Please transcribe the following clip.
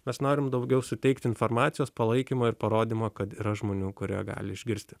mes norim daugiau suteikti informacijos palaikymo ir parodymo kad yra žmonių kurie gali išgirsti